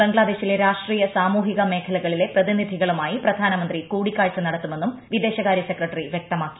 ബംഗ്ലാദേശിലെ രാഷ്ട്രീയ സാമൂഹിക മേഖലകളിലെ പ്രതിനിധികളുമായി പ്രധാനമന്ത്രി കൂടിക്കാഴ്ച നടത്തുമെന്നും വിദേശകാര്യ സെക്രട്ടറി വ്യക്തമാക്കി